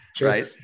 Right